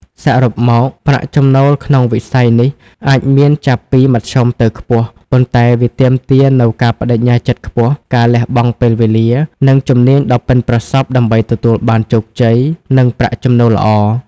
សរុបមក ប្រាក់ចំណូលក្នុងវិស័យនេះអាចមានចាប់ពី មធ្យមទៅខ្ពស់ ប៉ុន្តែវាទាមទារនូវ ការប្តេជ្ញាចិត្តខ្ពស់ ការលះបង់ពេលវេលា និង ជំនាញដ៏ប៉ិនប្រសប់ ដើម្បីទទួលបានជោគជ័យ និងប្រាក់ចំណូលល្អ។